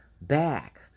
back